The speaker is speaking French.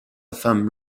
femme